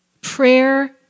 Prayer